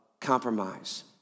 compromise